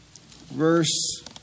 verse